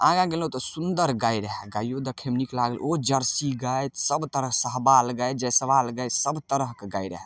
आगाँ गेलहुँ तऽ सुन्दर गाय रहै गाइयो देखयमे नीक लागल ओ जर्सी गाय सब तरह सहबाल गाय जैसबाल गाय सब तरहके गाय रहै